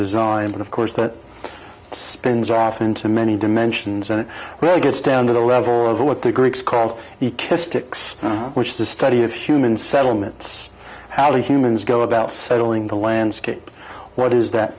design but of course that spins off into many dimensions and it really gets down to the level of what the greeks called the kiss sticks which is the study of human settlements halley humans go about settling the landscape what is that